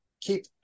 keep